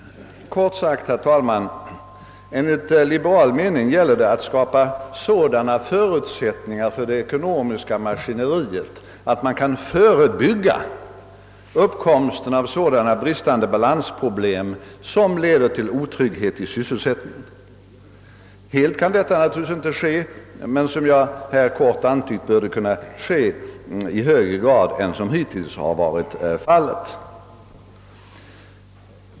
Kort sagt, herr talman, enligt liberal mening gäller det att skapa sådana förutsättningar för det ekonomiska maskineriet, att man kan förebygga uppkomsten av sådana »bristande balansproblem» som leder till otrygghet i sysselsättningen. Helt kan detta naturligtvis inte ske, men som jag här helt kort antytt bör det kunna ske i högre grad än som hittills varit fallet.